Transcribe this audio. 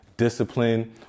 discipline